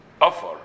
offer